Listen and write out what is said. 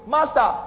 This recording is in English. Master